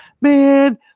man